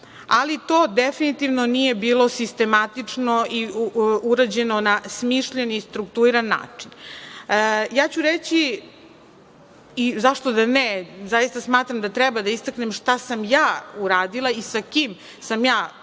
ali to definitivno nije bilo sistematično i urađeno na smišljen i struktuiran način. Ja ću reći, zašto da ne, zaista smatram da treba da istaknem, šta sam ja uradila i sa kim sam ja preduzela